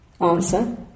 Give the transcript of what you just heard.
answer